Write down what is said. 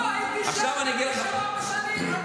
לא, הייתי שם ארבע שנים.